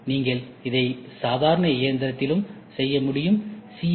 நீங்கள் இதை சாதாரண இயந்திரத்திலும்செய்ய முடியும் சி